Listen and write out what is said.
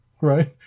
right